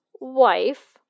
wife